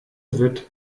wird